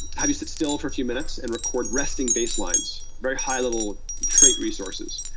have you sit still for a few minutes, and record resting baselines, very high-level trait resources.